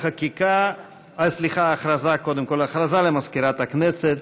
הודעה למזכירת הכנסת.